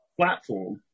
platform